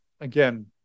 again